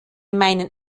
meinen